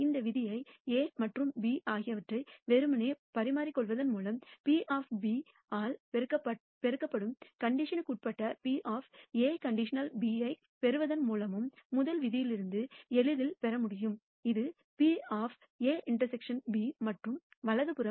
இந்த விதியை A மற்றும் B ஆகியவற்றை வெறுமனே பரிமாறிக்கொள்வதன் மூலமும் P ஆல் பெருக்கப்படும் கண்டிஷனுக்குனுக்குஉட்பட்ட PA|B ஐப் பெறுவதன் மூலமும் முதல் விதியிலிருந்து எளிதில் பெற முடியும் இது PA ∩ B மற்றும் வலது புறம்